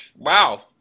Wow